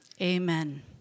Amen